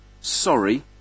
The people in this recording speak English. Sorry